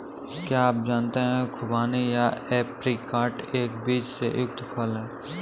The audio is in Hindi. क्या आप जानते है खुबानी या ऐप्रिकॉट एक बीज से युक्त फल है?